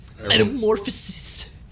Metamorphosis